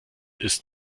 ist